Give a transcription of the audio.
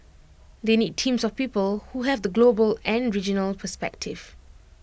they need teams of people who have the global and regional perspective